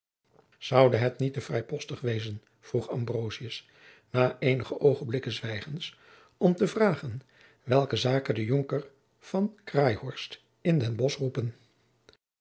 zoude het niet te vrijpostig wezen vroeg ambrosius na eenige oogenblikken zwijgens om jacob van lennep de pleegzoon te vragen welke zaken den jonker van craeihorst in den bosch roepen